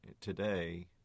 today